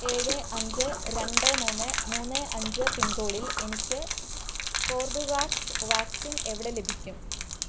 ഏഴ് അഞ്ച് രണ്ട് മൂന്ന് മൂന്ന് അഞ്ച് പിൻകോഡിൽ എനിക്ക് കോർബെവാക്സ് വാക്സിൻ എവിടെ ലഭിക്കും